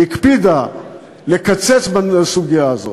היא הקפידה לקצץ בסוגיה הזאת.